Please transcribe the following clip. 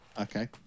Okay